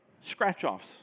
scratch-offs